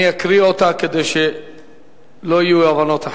אני אקריא אותה כדי שלא יהיו אי-הבנות.